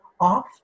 off